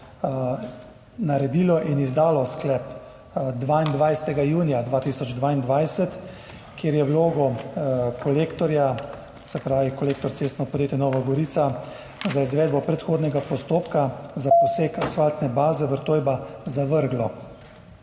naredilo in izdalo sklep 22. junija 2022, kjer je vlogo Kolektorja, se pravi Kolektor cestno podjetje Nova Gorica, za izvedbo predhodnega postopka za poseg asfaltne baze Vrtojba zavrglo.